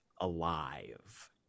alive